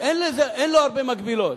אין לו הרבה מקבילות.